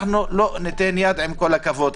לזה אנחנו לא ניתן יד, עם כל הכבוד.